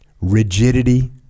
rigidity